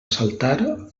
saltar